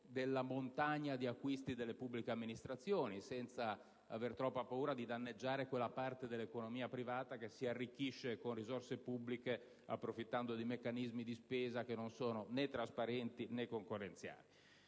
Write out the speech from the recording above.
della montagna di acquisti delle pubbliche amministrazioni, senza aver troppa paura di danneggiare quella parte dell'economia privata che si arricchisce con risorse pubbliche approfittando di meccanismi di spesa che non sono né trasparenti né concorrenziali.